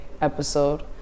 episode